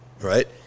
right